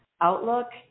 outlook